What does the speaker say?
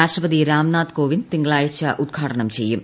രാഷ്ട്രപതി രാംനാഥ് കോവിന്ദ് തിങ്കളാഴ്ച ഉദ്ഘാടനം ചെയ്യും